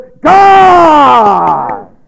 God